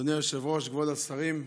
אדוני היושב-ראש, כבוד השרים,